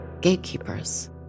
gatekeepers